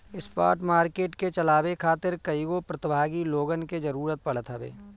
spot market के चलावे खातिर कईगो प्रतिभागी लोगन के जरूतर पड़त हवे